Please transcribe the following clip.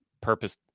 purpose